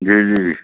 جی جی جی